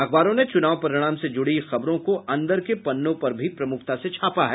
अखबारों ने चुनाव परिणाम से जुड़ी खबरों को अंदर के पन्नों पर भी प्रमुखता से छापा है